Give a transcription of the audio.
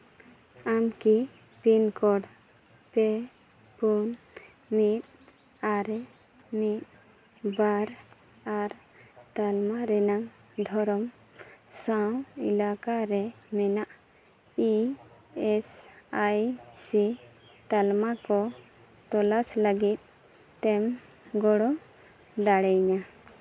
ᱟᱢ ᱠᱤ pin code ᱯᱮ ᱯᱩᱱ ᱢᱤᱫ ᱟᱨᱮ ᱢᱤᱫ ᱵᱟᱨ ᱟᱨ ᱛᱟᱞᱢᱟ ᱨᱮᱱᱟᱜ ᱫᱷᱚᱨᱚᱱ ᱥᱟᱶ ᱮᱞᱟᱠᱟ ᱨᱮ ᱢᱮᱱᱟᱜ ᱤ ᱮᱥ ᱟᱭ ᱥᱤ ᱛᱟᱞᱢᱟ ᱠᱚ ᱛᱚᱞᱟᱥ ᱞᱟᱹᱜᱤᱫ ᱛᱮᱢ ᱜᱚᱲᱚ ᱫᱟᱲᱮᱣᱟᱹᱧᱟᱹ